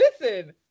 listen